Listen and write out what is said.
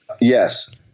Yes